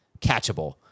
catchable